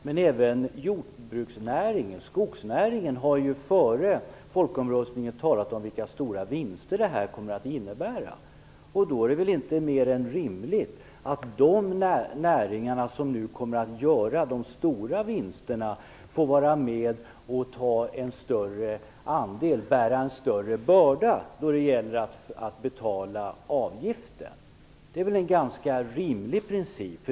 Men även jordbruks och skogsnäringen har före folkomröstningen talat om de stora vinster som medlemskapet kommer att innebära. Då är det väl inte mer än rimligt att de näringar som kommer att göra de stora vinsterna får bära en större börda i fråga om avgiften? Det är väl en ganska rimlig princip?